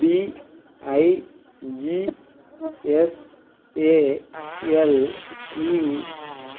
BIGSALE